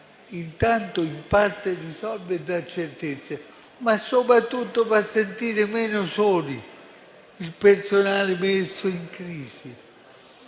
intanto in parte risolve e dà certezze, ma soprattutto fa sentire meno solo il personale messo in crisi.